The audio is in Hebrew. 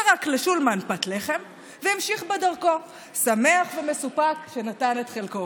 זרק לשולמן פת לחם והמשיך בדרכו שמח ומסופק על שנתן את חלקו.